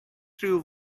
rhyw